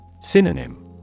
Synonym